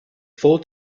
full